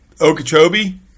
Okeechobee